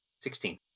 Sixteen